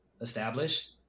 established